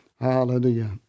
Hallelujah